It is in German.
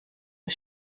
der